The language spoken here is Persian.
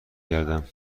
گردم